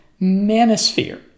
manosphere